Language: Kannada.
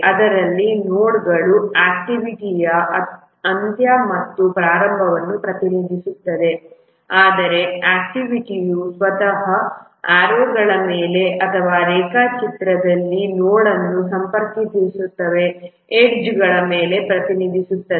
ಇದರಲ್ಲಿ ನೋಡ್ಗಳು ಆಕ್ಟಿವಿಟಿಯ ಅಂತ್ಯ ಅಥವಾ ಪ್ರಾರಂಭವನ್ನು ಪ್ರತಿನಿಧಿಸುತ್ತವೆ ಆದರೆ ಆಕ್ಟಿವಿಟಿಯು ಸ್ವತಃ ಆರೋಗಳ ಮೇಲೆ ಅಥವಾ ರೇಖಾಚಿತ್ರದಲ್ಲಿ ನೋಡ್ಗಳನ್ನು ಸಂಪರ್ಕಿಸುವ ಎಡ್ಜ್ಗಳ ಮೇಲೆ ಪ್ರತಿನಿಧಿಸುತ್ತದೆ